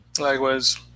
Likewise